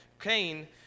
Cain